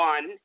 One